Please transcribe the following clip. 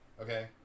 Okay